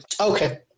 Okay